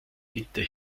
diente